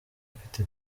mfite